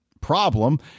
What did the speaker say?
problem